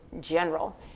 general